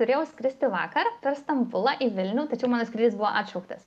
turėjau skristi vakar per stambulą į vilnių tačiau mano skrydis buvo atšauktas